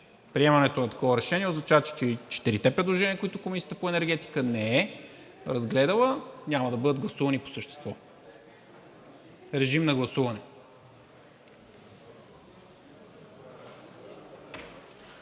Приемането на такова решение означава, че и четирите предложения, които Комисията по енергетика не е разгледала, няма да бъдат гласувани по същество. Гласували